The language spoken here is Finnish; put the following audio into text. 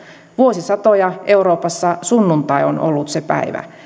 vuosisatoja euroopassa sunnuntai on ollut se päivä